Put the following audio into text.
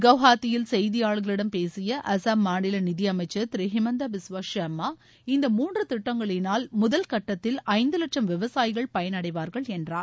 குவஹாத்தியில் செய்தியாளரக்ளிடம்பேசிய அஸ்ஸாம் மாநில நிதியமைச்சர் திரு ஹிமந்தா பிஸ்வா ஷர்மா இந்த மூன்று திட்டங்களினால் முதல் கட்டத்தில் ஐந்து லட்சம் விவசாயிகள் பயனடைவார்கள் என்றார்